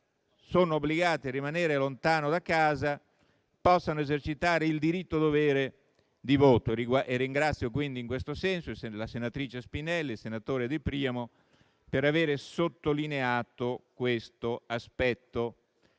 sono obbligati a rimanere lontano da casa - di esercitare il diritto-dovere di voto. Ringrazio in questo senso la senatrice Spinelli e il senatore De Priamo per avere sottolineato questo aspetto.